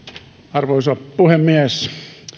arvoisa puhemies